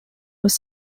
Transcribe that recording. was